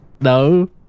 No